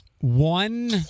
one